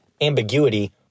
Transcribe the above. Ambiguity